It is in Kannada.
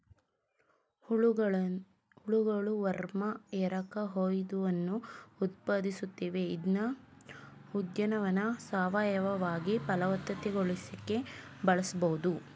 ಹುಳಗಳು ವರ್ಮ್ ಎರಕಹೊಯ್ದವನ್ನು ಉತ್ಪಾದಿಸುತ್ವೆ ಇದ್ನ ಉದ್ಯಾನವನ್ನ ಸಾವಯವವಾಗಿ ಫಲವತ್ತತೆಗೊಳಿಸಿಕೆ ಬಳಸ್ಬೋದು